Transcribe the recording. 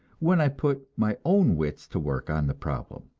when i put my own wits to work on the problem.